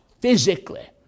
Physically